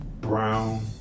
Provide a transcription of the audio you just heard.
brown